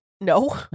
No